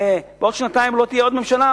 הרי בעוד שנתיים לא תהיה עוד ממשלה,